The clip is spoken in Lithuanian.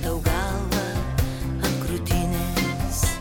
tau galvą ant krūtinės